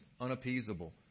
unappeasable